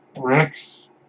Rex